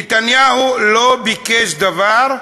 נתניהו לא ביקש דבר,